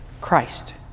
Christ